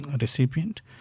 recipient